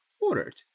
Ordered